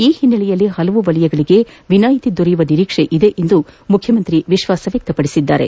ಈ ಹಿನ್ನೆಲೆಯಲ್ಲಿ ಪಲವು ವಲಯಗಳಿಗೆ ವಿನಾಯಿತಿ ದೊರೆಯುವ ನಿರೀಕ್ಷೆ ಇದೆ ಎಂದು ವಿಶ್ವಾಸ ವ್ಯಕ್ತಪಡಿಸಿದರು